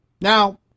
Now